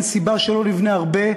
אין סיבה שלא נבנה הרבה,